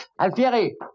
Alfieri